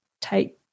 take